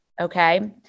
Okay